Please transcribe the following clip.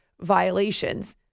violations